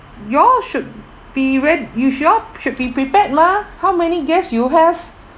you all should be rea~ you should you all should be prepared mah how many guests you have